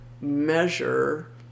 measure